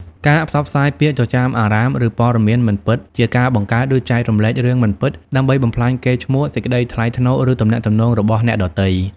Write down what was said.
ការផ្សព្វផ្សាយពាក្យចចាមអារ៉ាម ឬព័ត៌មានមិនពិតជា ការបង្កើត ឬចែករំលែករឿងមិនពិតដើម្បីបំផ្លាញកេរ្តិ៍ឈ្មោះ សេចក្តីថ្លៃថ្នូរ ឬទំនាក់ទំនងរបស់អ្នកដទៃ។